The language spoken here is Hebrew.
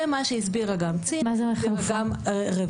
זה מה שהסבירו גם צינה וגם רויטל.